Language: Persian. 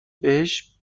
بهش